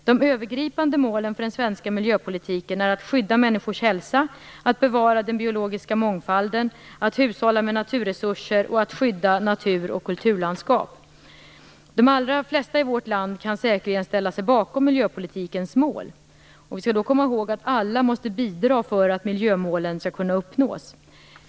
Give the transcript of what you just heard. De övergripande målen för den svenska miljöpolitiken är att skydda människors hälsa, att bevara den biologiska mångfalden, att hushålla med naturresurser och att skydda natur och kulturlandskap. De allra flesta i vårt land kan säkerligen ställa sig bakom miljöpolitikens mål. Vi skall då komma ihåg att alla måste bidra för att miljömålen skall kunna uppnås.